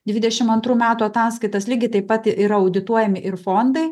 dvidešimt antrų metų ataskaitas lygiai taip pat yra audituojami ir fondai